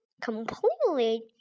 completely